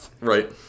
Right